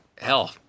hell